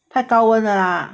太高温了 lah